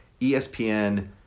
ESPN